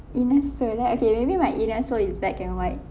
inner soul eh okay maybe my inner soul is black and white